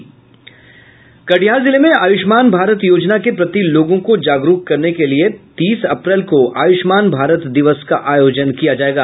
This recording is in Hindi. कटिहार जिले में आयुष्मान भारत योजना के प्रति लोगों को जागरूक करने के लिए तीस अप्रैल को आयुष्मान भारत दिवस का आयोजन किया जायेगा